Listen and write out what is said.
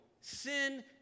Sin